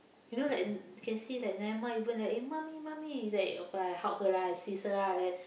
you know like n~ can see like Naimah even like eh mummy mummy like okay ah I help her lah assist her like